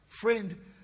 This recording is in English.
Friend